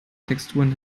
texturen